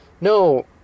No